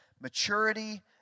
maturity